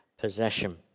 possession